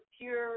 pure